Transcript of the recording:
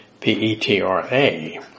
P-E-T-R-A